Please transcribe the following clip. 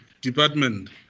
department